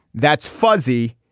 that's fuzzy.